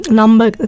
number